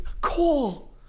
Cool